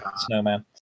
snowman